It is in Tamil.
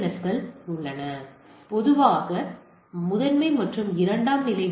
எஸ் உள்ளன பொதுவாக முதன்மை மற்றும் இரண்டாம் நிலை டி